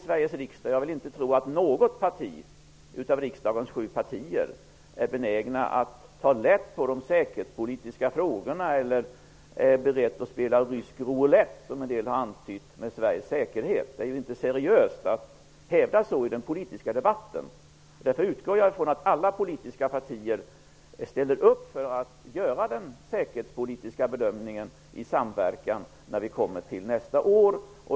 Jag vill inte tro att man i något av Sveriges riksdags sju partier är benägen att ta lätt på de säkerhetspolitiska frågorna eller är beredd att spela rysk roulett, som en del har antytt, med Sveriges säkerhet. Det är inte seriöst att hävda det i den politiska debatten. Därför utgår jag ifrån att alla politiska partier ställer upp för att göra den säkerhetspolitiska bedömningen i samverkan när vi kommer till nästa år.